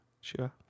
sure